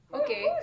Okay